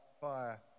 fire